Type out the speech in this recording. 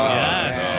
yes